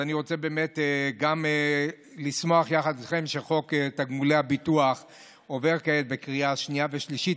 אני רוצה לשמוח יחד איתכם שחוק תגמולי הביטוח עבר בקריאה שנייה ושלישית,